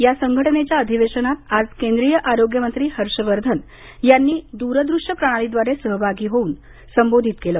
या संघटनेच्या अधिवेशनात आज केंद्रीय आरोग्य मंत्री हर्षवर्धन यांनी द्ररदृष्य प्रणालीद्वारे सहभागी होऊन संबोधित केलं